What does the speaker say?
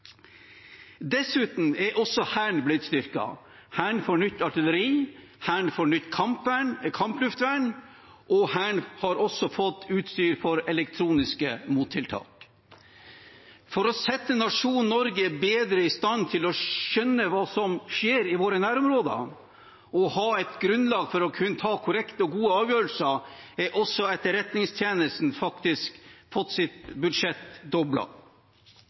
Dessuten er også Hæren blitt styrket. Hæren får nytt artilleri, Hæren får nytt kampluftvern, og Hæren har også fått utstyr for elektroniske mottiltak. For å sette nasjonen Norge bedre i stand til å skjønne hva som skjer i våre nærområder, og ha et grunnlag for å kunne ta korrekte og gode avgjørelser, har også Etterretningstjenesten fått sitt budsjett